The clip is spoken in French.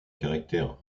caractère